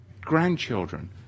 grandchildren